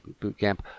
Bootcamp